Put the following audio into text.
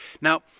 Now